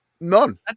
none